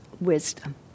wisdom